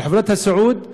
שחברות הסיעוד משלמות.